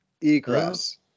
egress